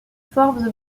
forbes